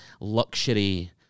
luxury